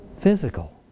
physical